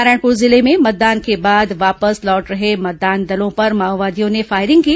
नारायणपुर जिले में मतदान के बाद वापस लौट रहे मतदान दलों पर माओवादियों ने फायरिंग की